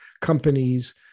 companies